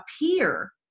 appear